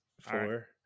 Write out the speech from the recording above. Four